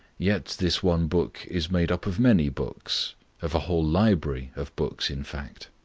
yet this one book is made up of many books of a whole library of books in fact.